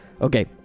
Okay